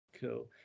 cool